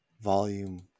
Volume